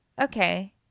okay